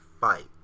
fight